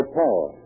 power